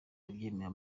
abyemeye